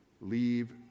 leave